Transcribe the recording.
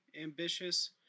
ambitious